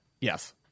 yes